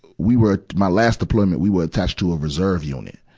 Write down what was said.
we were a, my last deployment, we were attached to a reserve unit.